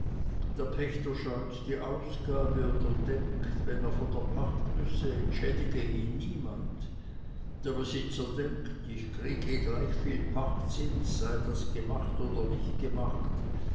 der pächter scheut die ausgabe oder denkt wenn er von der pacht müsse entschädige ihn niemand der besitzer denkt ich kriege gleich viel pachtzins sei das gemacht oder nicht gemacht